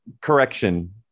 correction